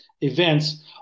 events